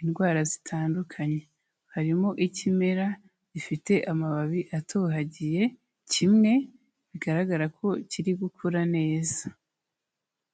indwara zitandukanye harimo ikimera gifite amababi atohagiye kimwe bigaragara ko kiri gukura neza.